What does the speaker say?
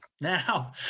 Now